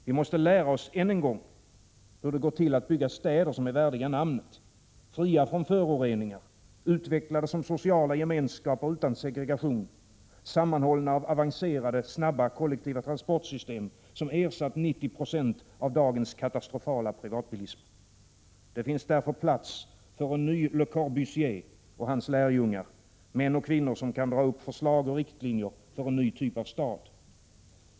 Vi måste lära oss än en gång hur det går till att bygga städer värdiga namnet, fria från föroreningar, utvecklade som sociala gemenskaper utan segregation, sammanhållna av avancerade snabba kollektiva transportsystem som ersatt 90 9o av dagens katastrofala privatbilism. Det finns plats för en ny Le Corbusier och hans lärjungar, män och kvinnor som kan dra upp förslag och riktlinjer för en ny typ av stad.